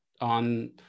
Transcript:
on